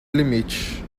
limites